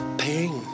pain